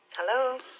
Hello